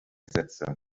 sätze